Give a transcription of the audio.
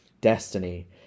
Destiny